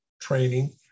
training